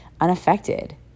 unaffected